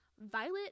Violet